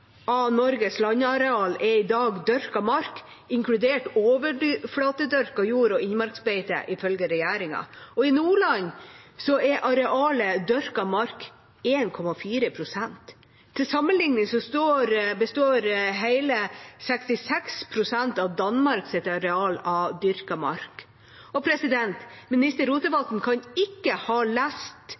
Norges landareal er i dag dyrket mark, inkludert overflatedyrket jord og innmarksbeite, ifølge regjeringa. I Nordland er arealet dyrket mark 1,4 pst. Til sammenligning består hele 66 pst. av Danmarks areal av dyrket mark. Statsråd Rotevatn kan ikke ha lest